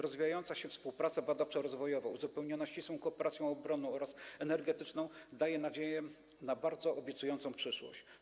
Rozwijająca się współpraca badawczo-rozwojowa, uzupełniona ścisłą kooperacją obronną oraz energetyczną, daje nadzieję na bardzo obiecującą przyszłość.